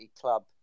club